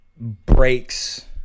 breaks